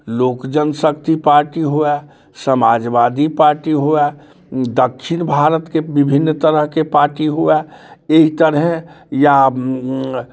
लोक जनशक्ति पार्टी हुवे समाजवादी पार्टी हुए दक्षिण भारतके विभिन्न तरहके पार्टी हुवे एहि तरहें या